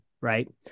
right